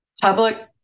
public